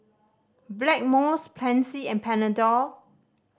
Blackmores Pansy and Panadol